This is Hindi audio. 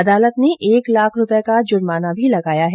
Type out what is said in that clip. अदालत ने एक लाख रूपए का जुर्माना भी लगाया है